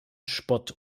spott